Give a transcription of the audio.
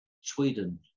Sweden